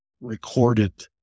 recorded